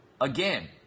Again